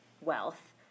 wealth